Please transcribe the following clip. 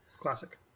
Classic